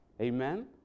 Amen